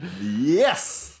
Yes